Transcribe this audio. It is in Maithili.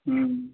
हूँ